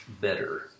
Better